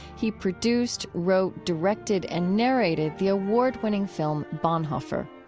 he produced, wrote, directed and narrated the award-winning film bonhoeffer.